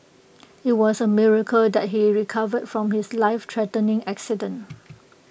IT was A miracle that he recovered from his lifethreatening accident